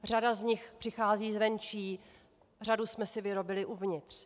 Řada z nich přichází zvenčí, řadu jsme si vyrobili uvnitř.